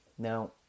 Now